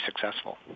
successful